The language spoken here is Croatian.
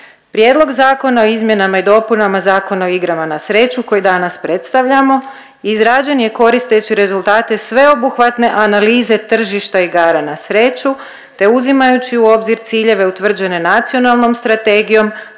Prijedlog Zakona o izmjenama i dopunama Zakona o igrama na sreću koji danas predstavljamo izrađen je koristeći rezultate sveobuhvatne analize tržišta igara na sreću te uzimajući u obzir ciljeve utvrđene nacionalnom strategijom